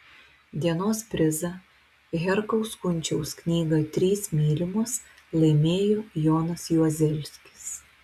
dienos prizą herkaus kunčiaus knygą trys mylimos laimėjo jonas juozelskis